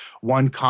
one